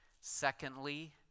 Secondly